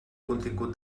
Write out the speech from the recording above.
contingut